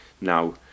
Now